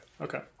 okay